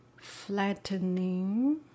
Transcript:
flattening